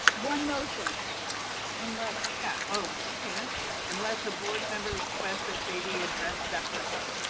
one motion unless yeah, oh, okay, that's weird. unless a board member requests that they be addressed separately.